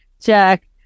check